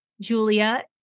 Julia